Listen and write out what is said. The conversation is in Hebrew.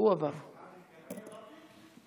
ארבע דקות.